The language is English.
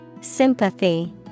Sympathy